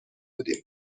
بودیم